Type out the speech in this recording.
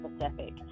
specific